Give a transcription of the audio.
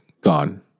Gone